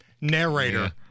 Narrator